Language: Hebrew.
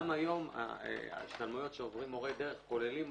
גם היום ההשתלמויות שעוברים מורי דרך כוללות